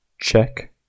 Check